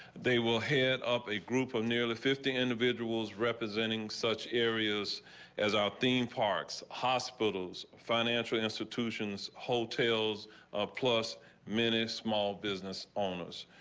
they will head up a group of nearly fifty individuals representing such areas as a ah theme parks hospital's financial institutions hold tales of plus minutes, small business owners.